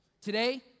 Today